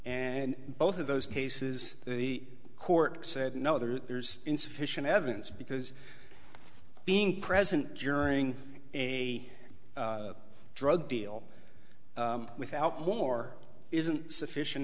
and both of those cases the court said no there's insufficient evidence because being present during a drug deal without more isn't sufficient